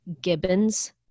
Gibbons